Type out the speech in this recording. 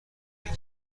بگیر